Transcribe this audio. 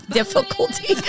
difficulty